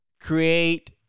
create